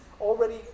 already